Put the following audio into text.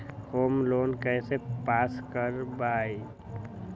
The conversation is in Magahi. होम लोन कैसे पास कर बाबई?